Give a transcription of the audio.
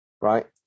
right